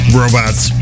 robots